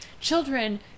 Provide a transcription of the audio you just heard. Children